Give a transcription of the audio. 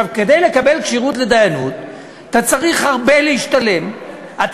כדי לקבל כשירות לדיינות אתה צריך להשתלם הרבה.